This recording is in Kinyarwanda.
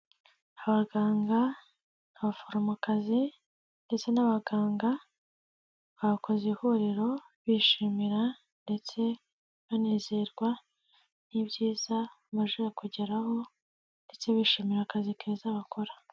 Abaganga, abaforomokazi ndetse n'abaganga, bakoze ihuriro bishimira ndetse banezerwa n'ibyiza baje kugeraho, ndetse bishimira akazi keza bakora.